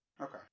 Okay